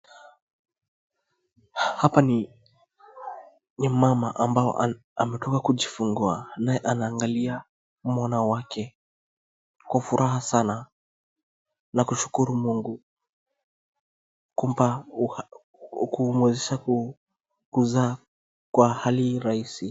Hapa ni mama ambao ametoka kujifungua naye anaangalia mwana wake kwa furaha sana na kumshukuru Mungu kumpa kumwezesha kuzaa kwa hali rahisi.